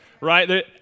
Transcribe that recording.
Right